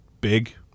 big